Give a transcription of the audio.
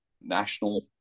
national